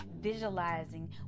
visualizing